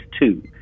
two